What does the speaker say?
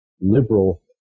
liberal